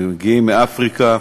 הם מגיעים מאפריקה.